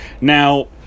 Now